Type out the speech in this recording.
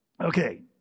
Okay